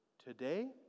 today